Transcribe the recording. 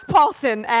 Paulson